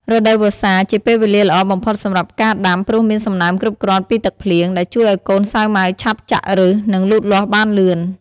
រដូវវស្សា ជាពេលវេលាល្អបំផុតសម្រាប់ការដាំ ព្រោះមានសំណើមគ្រប់គ្រាន់ពីទឹកភ្លៀង ដែលជួយឲ្យកូនសាវម៉ាវឆាប់ចាក់ឫស និងលូតលាស់បានលឿន។